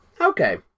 Okay